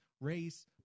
race